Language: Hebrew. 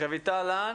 רויטל לן